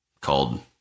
called